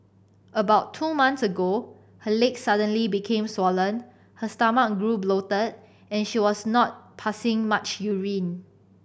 about two months ago her leg suddenly became swollen her stomach grew bloated and she was not passing much urine